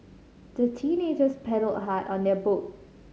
the teenagers paddled hard on their boat